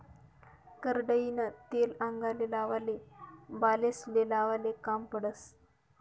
करडईनं तेल आंगले लावाले, बालेस्ले लावाले काम पडस